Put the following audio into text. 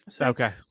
Okay